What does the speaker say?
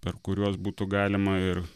per kuriuos būtų galima ir